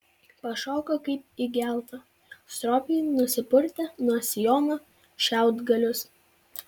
pašoko kaip įgelta stropiai nusipurtė nuo sijono šiaudgalius